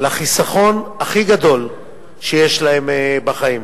לחיסכון הכי גדול שיש להם בחיים,